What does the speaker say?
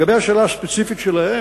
לגבי השאלה הספציפית שלך,